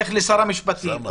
הולך לשר המשפטים,